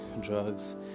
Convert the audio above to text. drugs